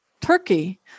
turkey